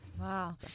Wow